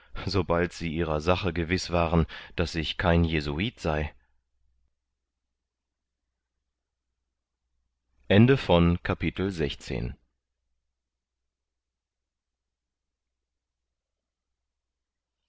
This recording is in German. sobald sie ihrer sache gewiß waren daß ich kein jesuit sei